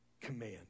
command